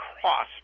cross